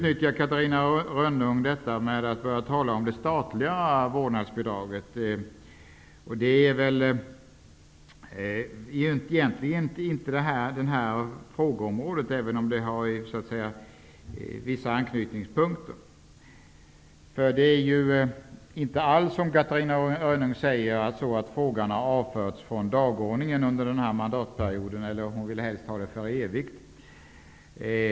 Catarina Rönnung talar om det statliga vårdnadsbidraget. Men den frågan hör egentligen inte till det här sakområdet, även om det finns vissa anknytningspunkter. Det är inte alls så som Catarina Rönnung säger, dvs. att frågan har avförts från dagordningen under den här mandatperioden -- helst vill hon kanske att det gäller för evigt.